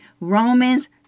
Romans